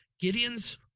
Gideon's